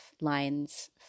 lines